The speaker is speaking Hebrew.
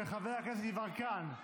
של חבר הכנסת יברקן.